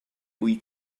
wyt